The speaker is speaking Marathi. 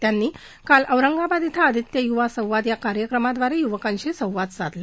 त्यांनी काल औरंगाबाद इथं आदित्य युवा संवाद या कार्यक्रमाद्वारे युवकांशी संवाद साधला